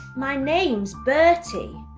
my name's bertie.